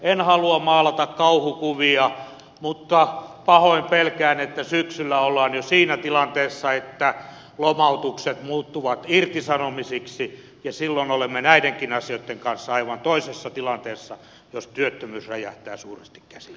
en halua maalata kauhukuvia mutta pahoin pelkään että syksyllä ollaan jo siinä tilanteessa että lomautukset muuttuvat irtisanomisiksi ja silloin olemme näidenkin asioitten kanssa aivan toisessa tilanteessa jos työttömyys räjähtää suuresti käsiin